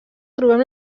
trobem